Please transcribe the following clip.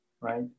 right